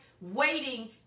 waiting